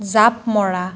জাঁপ মৰা